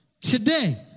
today